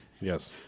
Yes